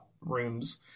rooms